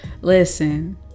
Listen